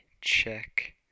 check